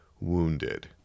wounded